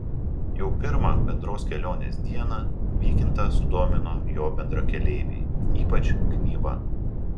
jau pirmą bendros kelionės dieną vykintą sudomino jo bendrakeleiviai ypač knyva